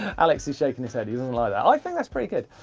alex is shaking his head, he doesn't like that. i think that's pretty good.